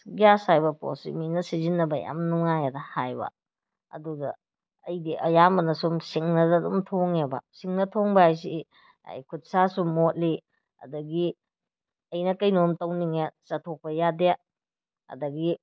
gas ꯍꯥꯏꯕ ꯄꯣꯠꯁꯤ ꯃꯤꯅ ꯁꯤꯖꯤꯟꯅꯕ ꯌꯥꯝ ꯅꯨꯡꯉꯥꯏ ꯍꯥꯏꯅ ꯍꯥꯏꯕ ꯑꯗꯨꯗ ꯑꯩꯗꯤ ꯑꯌꯥꯝꯕꯅ ꯁꯨꯝ ꯁꯤꯡꯅꯇ ꯑꯗꯨꯝ ꯊꯣꯡꯉꯦꯕ ꯁꯤꯡꯅ ꯊꯣꯡꯕ ꯍꯥꯏꯕꯁꯤ ꯑꯩ ꯈꯨꯠ ꯁꯥꯁꯨ ꯃꯣꯠꯂꯤ ꯑꯗꯨꯗꯒꯤ ꯑꯩꯅ ꯀꯩꯅꯣꯝ ꯇꯧꯅꯤꯡꯉꯦ ꯆꯠꯊꯣꯛꯄ ꯌꯥꯗꯦ ꯑꯗꯨꯗꯒꯤ